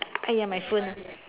!aiya! my phone ah